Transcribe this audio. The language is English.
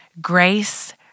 grace